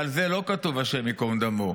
ועל זה לא כתוב השם ייקום דמו.